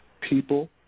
people